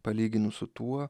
palyginus su tuo